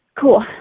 Cool